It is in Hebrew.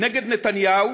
נגד נתניהו